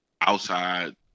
outside